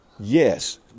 Yes